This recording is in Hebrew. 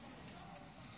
נכבדה,